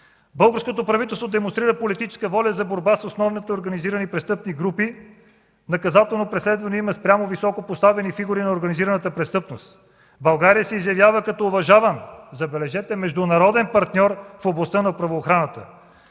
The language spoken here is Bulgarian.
Българското правителство демонстрира политическа воля за борба с основната и организирани престъпни групи. Наказателно преследване има спрямо високопоставени фигури на организираната престъпност. България се изявява като уважаван – забележете – международен партньор в областта на правоохраната.”